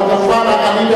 אבל כמובן אני,